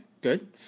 good